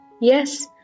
Yes